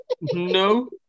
No